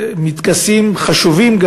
בטקסים חשובים,